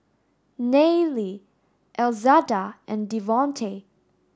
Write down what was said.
Nayely Elzada and Devontae